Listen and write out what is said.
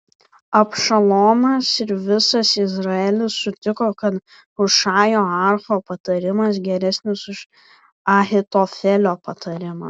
abšalomas ir visas izraelis sutiko kad hušajo archo patarimas geresnis už ahitofelio patarimą